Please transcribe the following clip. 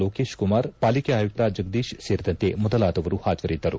ಲೋಕೇಶ್ ಕುಮಾರ್ ಪಾಲಿಕೆ ಆಯುಕ್ತ ಜಗದೀಶ್ ಸೇರಿದಂತೆ ಮೊದಲಾದವರು ಹಾಜರಿದ್ದರು